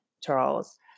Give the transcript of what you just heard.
Charles